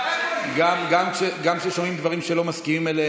גם כששומעים דברים שלא מסכימים להם,